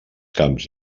camps